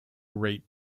rate